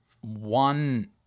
one